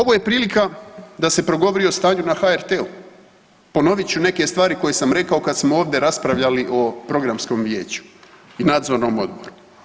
Ovo je prilika da se progovori o stanju na HRT-u, ponovit ću neke stvari koje sam rekao kad smo ovdje raspravljali o programskom vijeću i nadzornom odboru.